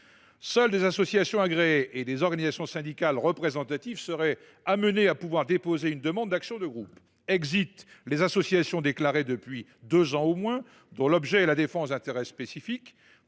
seules les associations agréées et les organisations syndicales représentatives auraient la faculté de déposer une demande d’action de groupe. les associations déclarées depuis deux ans au moins, dont l’objet est la défense d’intérêts spécifiques,